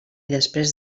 després